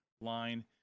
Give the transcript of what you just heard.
line